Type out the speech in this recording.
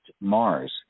Mars